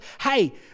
hey